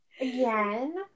Again